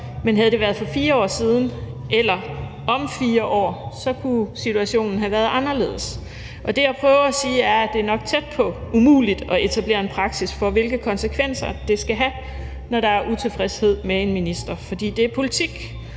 Men havde det været for 4 år siden – eller om 4 år – kunne situationen have været anderledes. Det, jeg prøver at sige, er, at det nok er tæt på umuligt at etablere en praksis for, hvilke konsekvenser det skal have, når der er utilfredshed med en minister. For det er politik,